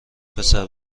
پسر